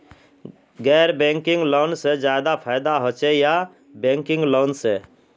गैर banking loan से ज्यादा फायदा होचे या बैंकिंग लोन से?